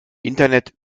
internet